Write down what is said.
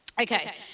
Okay